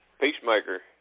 Peacemaker